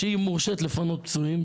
שהיא מורשית לפנות פצועים.